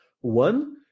One